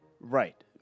Right